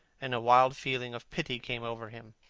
and a wild feeling of pity came over him.